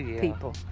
people